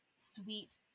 sweet